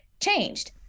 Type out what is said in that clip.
changed